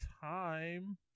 time